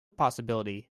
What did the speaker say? possibility